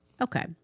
Okay